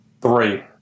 Three